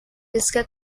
pesca